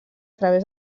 través